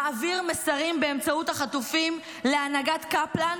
מעביר מסרים באמצעות החטופים להנהגת קפלן